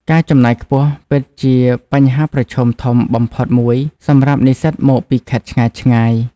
ការចំណាយខ្ពស់ពិតជាបញ្ហាប្រឈមធំបំផុតមួយសម្រាប់និស្សិតមកពីខេត្តឆ្ងាយៗ។